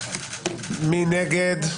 מי נגד?